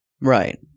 Right